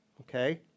Okay